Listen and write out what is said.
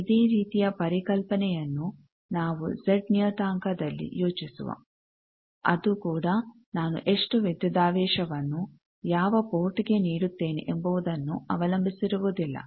ಇದೇ ರೀತಿಯ ಪರಿಕಲ್ಪ ನೆಯನ್ನು ನಾವು ಜೆಡ್ ನಿಯತಾಂಕದಲ್ಲಿ ಯೋಚಿಸುವ ಅದು ಕೂಡ ನಾನು ಎಷ್ಟು ವಿದ್ಯುದಾವೇಶವನ್ನು ಯಾವ ಪೋರ್ಟ್ಗೆ ನೀಡುತ್ತೇನೆ ಎಂಬುವುದನ್ನು ಅವಲಂಬಿಸಿರುವುದಿಲ್ಲ